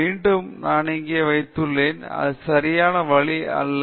மீண்டும் நான் இங்கே வைத்துள்ளேன் அது சரியான வழி அல்ல